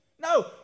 No